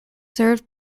served